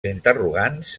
interrogants